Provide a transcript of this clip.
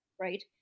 right